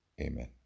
Amen